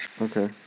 Okay